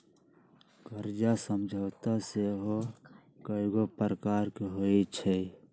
कर्जा समझौता सेहो कयगो प्रकार के होइ छइ